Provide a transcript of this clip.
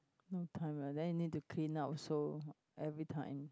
no time ah then you need to clean up also every time